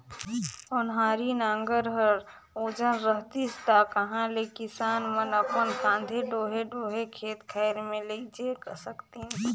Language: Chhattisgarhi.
ओन्हारी नांगर हर ओजन रहतिस ता कहा ले किसान मन अपन खांधे डोहे डोहे खेत खाएर मे लेइजे सकतिन